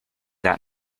that